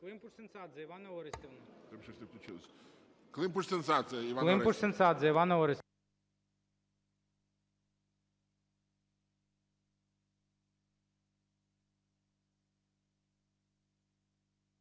Климпуш-Цинцадзе, Іванна Орестівна.